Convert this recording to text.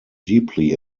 deeply